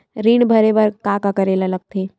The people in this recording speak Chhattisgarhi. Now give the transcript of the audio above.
ऋण भरे बर का का करे ला परथे?